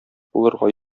булырга